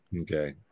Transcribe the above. Okay